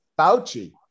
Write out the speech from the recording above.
Fauci